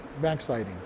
backsliding